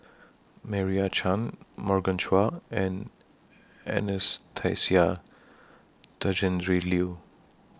Meira Chand Morgan Chua and Anastasia Tjendri Liew